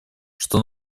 что